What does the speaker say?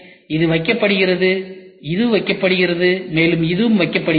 எனவே இது வைக்கப்படுகிறது இது வைக்கப்படுகிறது இது வைக்கப்படுகிறது